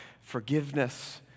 forgiveness